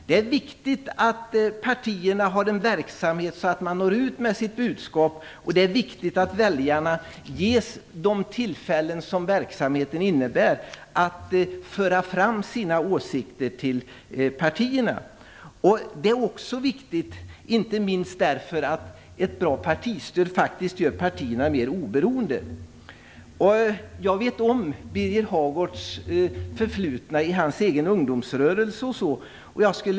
Det är viktigt att partierna har en verksamhet och når ut med sitt budskap. Det är viktigt att väljarna ges tillfällen att föra fram sina åsikter till partierna. Det är viktigt inte minst därför att ett bra partistöd faktiskt gör partierna mer oberoende. Jag vet om Birger Hagårds förflutna i hans egen ungdomsrörelse.